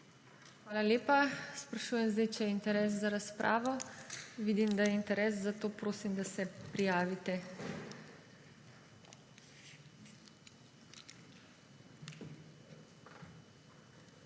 Hvala lepa. Sprašujem, če je interes za razpravo? Vidim, da je interes, zato prosim, da se prijavite. Imamo